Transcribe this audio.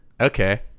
Okay